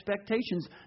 expectations